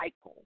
cycle